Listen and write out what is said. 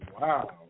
Wow